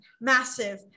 massive